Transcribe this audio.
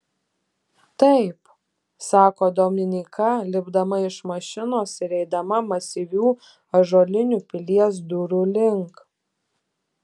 taip sako dominyka lipdama iš mašinos ir eidama masyvių ąžuolinių pilies durų link